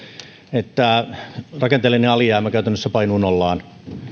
että rakenteellinen alijäämä käytännössä painuu nollaan